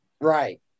Right